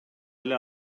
эле